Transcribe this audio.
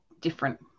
different